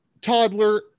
Toddler